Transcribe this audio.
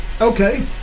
Okay